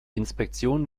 inspektion